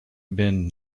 bin